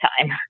time